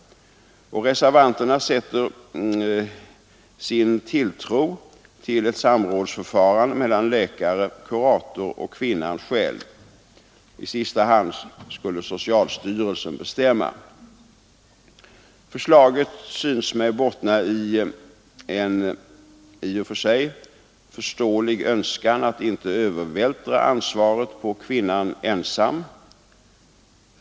Reservanterna sätter sin tilltro till ett samrådsförfarande mellan läkare, kurator och kvinnan själv. I sista hand skulle socialstyrelsen bestämma. Förslaget synes mig bottna i en i och för sig förståelig önskan att inte övervältra ansvaret på kvinnan ensam.